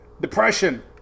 depression